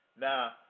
Now